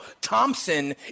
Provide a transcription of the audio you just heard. Thompson